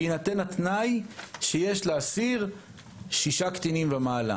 בהינתן התנאי שיש לאסיר 6 קטינים ומעלה.